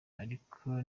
ariko